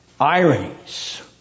ironies